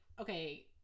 okay